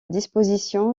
disposition